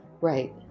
Right